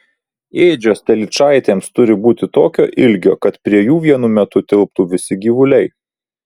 ėdžios telyčaitėms turi būti tokio ilgio kad prie jų vienu metu tilptų visi gyvuliai